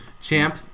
Champ